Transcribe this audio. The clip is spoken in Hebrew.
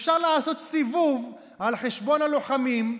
אפשר לעשות סיבוב על חשבון הלוחמים,